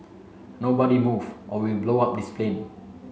nobody move or we blow up this plane